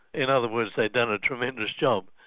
in other words, they'd done a tremendous job,